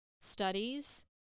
studies